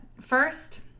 First